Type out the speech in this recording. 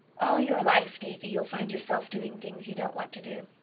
all your life, davy, you'll find yourself doing things you don't want to do.